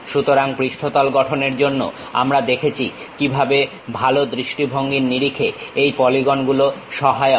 সুতরাং পৃষ্ঠতল গঠনের জন্য আমরা দেখেছি কিভাবে ভালো দৃষ্টিভঙ্গির নিরিখে এই পলিগন গুলো সহায়ক